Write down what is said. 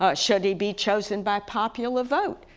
ah should he be chosen by popular vote?